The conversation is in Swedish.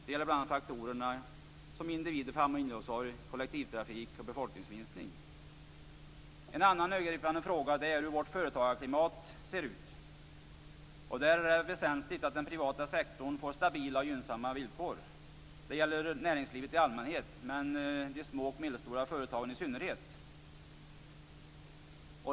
Det gäller bl.a. faktorer såsom individ och familjeomsorg, kollektivtrafik och befolkningsminskning. En annan övergripande fråga är hur vårt företagarklimat ser ut. Där är det väsentligt att den privata sektorn får stabila och gynnsamma villkor. Detta gäller näringslivet i allmänhet, men de små och medelstora företagen i synnerhet.